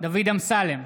דוד אמסלם, בעד